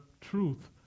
truth